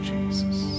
Jesus